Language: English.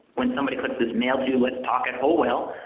when somebody clicks this mailto letstalk and wholewhale,